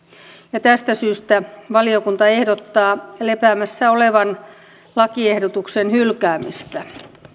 ja tästä syystä valiokunta ehdottaa lepäämässä olevan lakiehdotuksen hylkäämistä